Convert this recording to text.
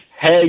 Hey